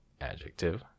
adjective